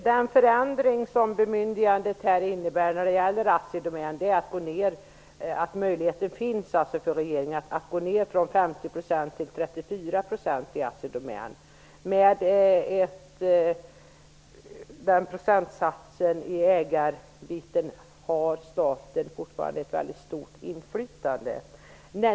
Fru talman! Bemyndigandet innebär att det finns en möjlighet för regeringen att gå ned från 50 % till 34 % vad gäller ägandet i Assi Domän. Med den procentsatsen har staten fortfarande ett stort inflytande.